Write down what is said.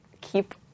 keep